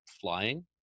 flying